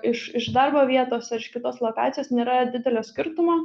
iš iš darbo vietos ar iš kitos lokacijos nėra didelio skirtumo